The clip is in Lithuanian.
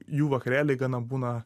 jų vakarėliai gana būna